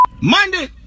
Monday